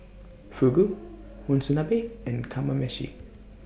Fugu Monsunabe and Kamameshi